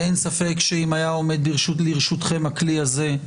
ואין ספק שאם היה עומד לרשותכם הכלי הזה,